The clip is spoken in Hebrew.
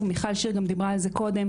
מיכל שיר גם דיברה על זה קודם.